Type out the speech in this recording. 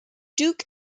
duke